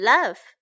Love